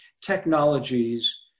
technologies